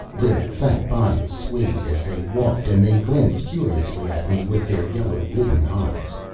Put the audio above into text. their fat bodies swayed as they walked, and they glanced curiously at me with their yellow-lidded eyes.